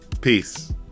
Peace